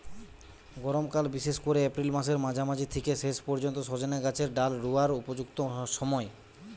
গরমকাল বিশেষ কোরে এপ্রিল মাসের মাঝামাঝি থিকে শেষ পর্যন্ত সজনে গাছের ডাল রুয়ার উপযুক্ত সময়